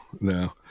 no